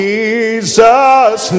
Jesus